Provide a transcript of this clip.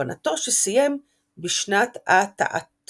כוונתו שסיים בשנת א'תע"ט